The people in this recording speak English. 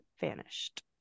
vanished